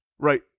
Right